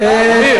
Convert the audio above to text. ואשקלון.